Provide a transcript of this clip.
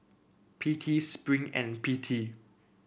P T Spring and P T